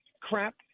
crap